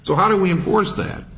so how do we force that